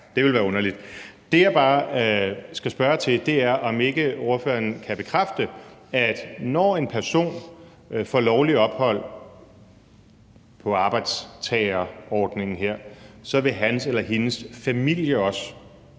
Det, jeg bare skal spørge om, er, om ikke ordføreren kan bekræfte, at når en person får lovligt ophold på arbejdstagerordningen her, vil hans eller hendes familie også